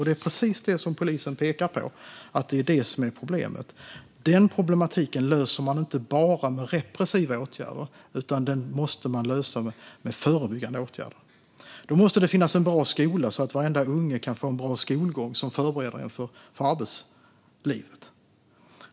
Det är precis detta polisen pekar på som problemet. Den problematiken löser man inte bara med repressiva åtgärder, utan den måste man lösa med förebyggande åtgärder. Då måste det finnas en bra skola, så att varenda unge kan få en bra skolgång som förbereder för arbetslivet.